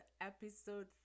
episode